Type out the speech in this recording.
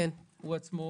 הוא עצמו